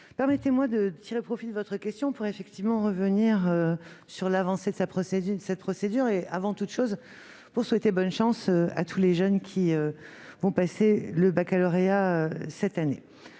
permettez-moi de tirer profit de votre question pour revenir sur l'avancée de cette procédure et, avant toute chose, pour souhaiter bonne chance à tous les jeunes qui vont passer le baccalauréat cette année.